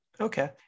Okay